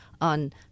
on